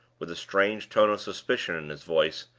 with a strange tone of suspicion in his voice,